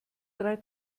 drei